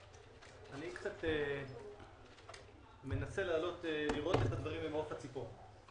אני מנסה לעלות ולראות את הדברים ממעוף הציפור.